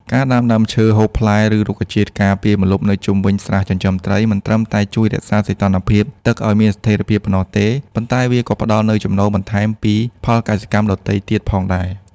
ការដាំដើមឈើហូបផ្លែ ឬរុក្ខជាតិការពារម្លប់នៅជុំវិញស្រះចិញ្ចឹមត្រី មិនត្រឹមតែជួយរក្សាសីតុណ្ហភាពទឹកឱ្យមានស្ថិរភាពប៉ុណ្ណោះទេ ប៉ុន្តែវាក៏ផ្ដល់នូវចំណូលបន្ថែមពីផលកសិកម្មដទៃទៀតផងដែរ។